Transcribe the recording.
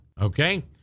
Okay